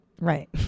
Right